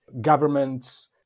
governments